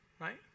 right